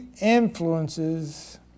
influences